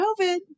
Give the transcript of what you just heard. COVID